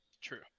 True